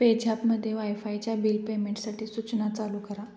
पेझॅपमध्ये वायफायच्या बिल पेमेंटसाठी सूचना चालू करा